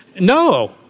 No